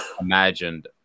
imagined